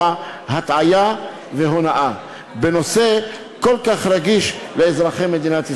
הטעיה והונאה בנושא כל כך רגיש לאזרחי מדינת ישראל,